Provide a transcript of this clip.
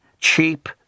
Cheap